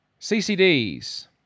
CCDs